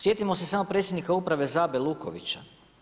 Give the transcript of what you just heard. Sjetimo se samo predsjednika uprave Zabe Lukovića.